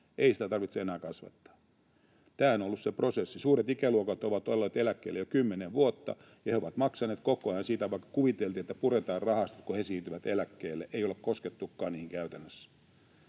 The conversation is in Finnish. ei sitä tarvitse enää kasvattaa. Tämä on ollut se prosessi. Suuret ikäluokat ovat olleet eläkkeellä jo 10 vuotta, ja he ovat maksaneet koko ajan siitä, vaikka kuviteltiin, että puretaan rahasto, kun he siirtyvät eläkkeelle. Ei olla koskettukaan niihin käytännössä.